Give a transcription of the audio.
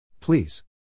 Please